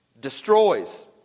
destroys